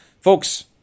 Folks